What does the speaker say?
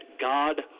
God